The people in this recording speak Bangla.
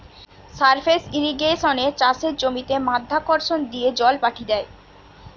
সারফেস ইর্রিগেশনে চাষের জমিতে মাধ্যাকর্ষণ দিয়ে জল পাঠি দ্যায়